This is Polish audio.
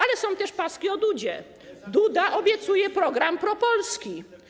Ale są też paski o Dudzie: Duda obiecuje program propolski.